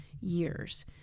years